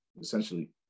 essentially